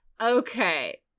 Okay